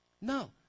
No